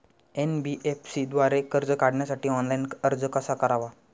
NBFC द्वारे कर्ज काढण्यासाठी ऑनलाइन अर्ज कसा करावा?